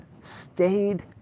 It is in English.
stayed